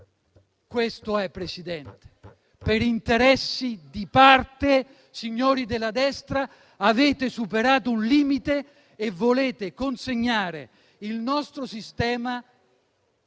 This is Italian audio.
Questo è, signor Presidente: per interessi di parte, signori della destra, avete superato un limite e volete consegnare il nostro sistema